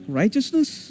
righteousness